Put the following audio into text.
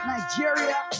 Nigeria